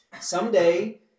someday